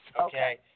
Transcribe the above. Okay